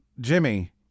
Jimmy